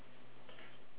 the past